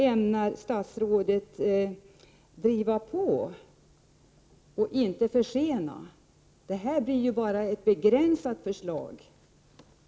Ämnar statsrådet driva på och inte försena en sådan? Det förslag som har lagts fram är ju så begränsat.